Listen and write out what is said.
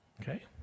Okay